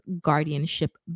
guardianship